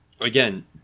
Again